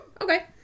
Okay